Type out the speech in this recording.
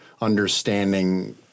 understanding